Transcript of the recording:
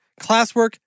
classwork